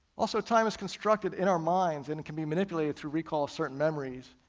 also time is constructed in our minds and can be manipulated to recall certain memories,